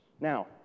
Now